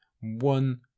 one